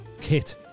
kit